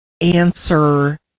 answer